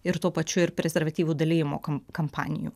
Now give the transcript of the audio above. ir tuo pačiu ir prezervatyvų dalijimo kam kampanijų